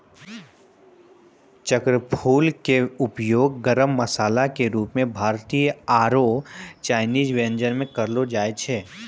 चक्रफूल के उपयोग गरम मसाला के रूप मॅ भारतीय आरो चायनीज व्यंजन म करलो जाय छै